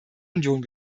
union